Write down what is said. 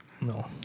No